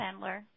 Sandler